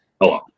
Hello